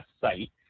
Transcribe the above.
site